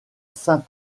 saint